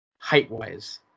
height-wise